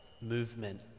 movement